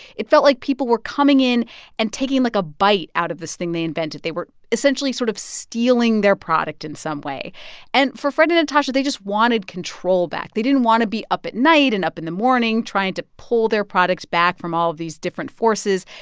it felt like people were coming in and taking, like, a bite out of this thing they invented. they were essentially sort of stealing their product in some way and for fred and natasha, they just wanted control back. they didn't want to be up at night and up in the morning trying to pull their product back from all of these different forces.